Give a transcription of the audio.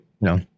no